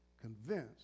convinced